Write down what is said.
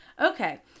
Okay